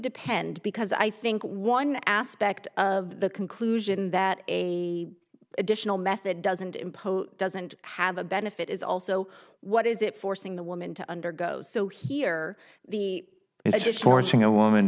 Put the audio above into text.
depend because i think one aspect of the conclusion that a additional method doesn't impose doesn't have a benefit is also what is it forcing the woman to undergo so here the forcing a woman